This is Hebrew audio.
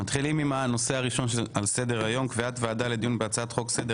מתחילים עם הנושא הראשון על סדר היום: קביעת ועדה לדיון בהצעת חוק סדר